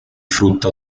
frutta